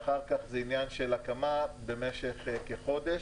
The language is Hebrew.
ואחר כך זה עניין של הקמה במשך כחודש.